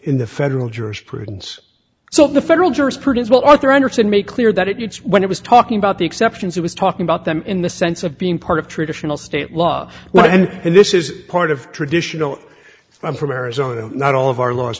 in the federal jurisprudence so the federal jurisprudence will arthur andersen make clear that it needs when it was talking about the exceptions it was talking about them in the sense of being part of traditional state law well then and this is part of traditional i'm from arizona not all of our laws